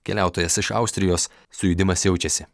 keliautojas iš austrijos sujudimas jaučiasi